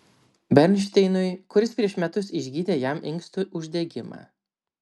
bernšteinui kuris prieš metus išgydė jam inkstų uždegimą